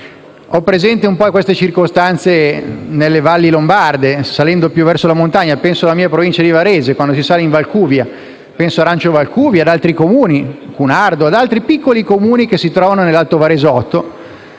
Ho presente queste circostanze nelle valli lombarde, salendo verso la montagna. Penso alla mia provincia di Varese, quando si sale in Valcuvia. Penso a Rancio Valcuvia, a Cunardo e altri piccoli Comuni che si trovano nell'alto varesotto: